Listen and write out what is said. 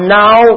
now